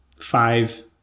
five